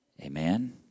Amen